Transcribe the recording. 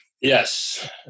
Yes